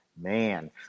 man